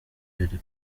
yari